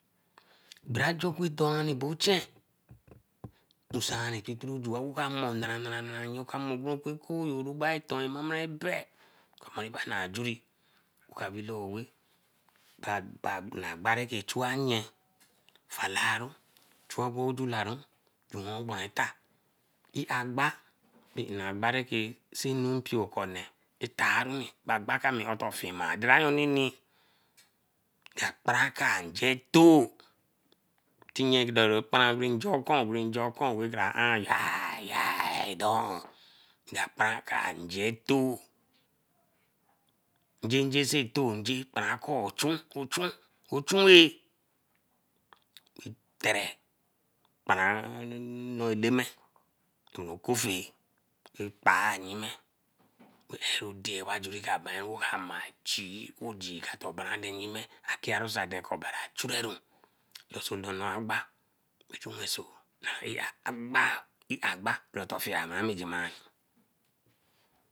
Darajo ku do ochen kusani oka mor naranara nye. oka mor ku kooo ebanri toran meben kra juri oka weeh lo oweeh agba see chura nye fallaeru, chu obo jularu wen ogboron eta. Lagba ba na agbarake see nu mpio okone taruni agbaka mi fiama. Dera nni nka paranka njetoo. Tinye dore kparan me reinje okun bey reinja okun reka arani hie hie doen nka kparan kai nja etoo njenje see etoo nje kparanko ochun ochun weey kparan anu eleme tunwe okofe e kpae nyime dey wa ajuri ka barun oka mai gee oh gee ka ton braden nyime akearu ko obari achuriru loso nora agba injuwenso agba iagba fiara mi jimah.